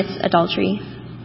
adultery